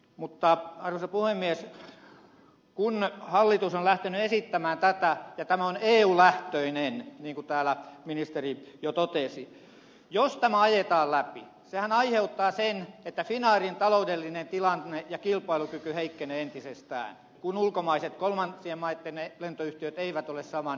mutta arvoisa puhemies kun hallitus on lähtenyt esittämään tätä ja tämä on eu lähtöinen niin kuin täällä ministeri jo totesi jos tämä ajetaan läpi sehän aiheuttaa sen että finnairin taloudellinen tilanne ja kilpailukyky heikkenevät entisestään kun ulkomaiset kolmansien maitten lentoyhtiöt eivät ole saman päästökaupan piirissä